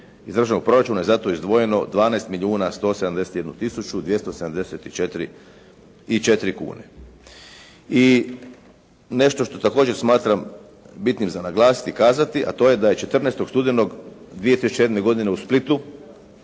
iz državnog proračuna je za to izdvojeno 12 milijuna 171 tisuću 274 kune. I nešto što također smatram bitnim za naglasiti i kazati, a to je da je 14. studenoga 2007. godine u Splitu,